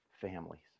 families